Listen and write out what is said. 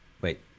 wait